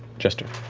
jester,